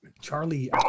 Charlie